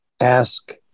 Ask